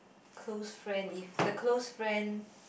close friend if the close friend